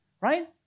right